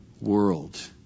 world